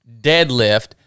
deadlift